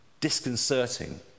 disconcerting